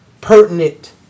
pertinent